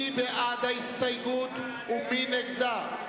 מי בעד ההסתייגות ומי נגדה.